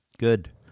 Good